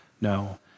No